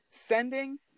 Sending